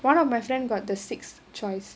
one of my friend got the sixth choice